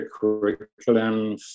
curriculum